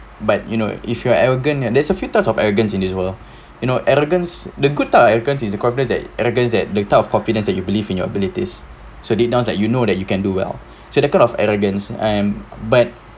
but you know if you are arrogant and there's a few types of arrogance in this world you know arrogance the good types of arrogance is a confidence that arrogance at the type of confidence that you believe in your abilities so did now like you know that you can do well so that kind of arrogance am but